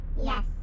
Yes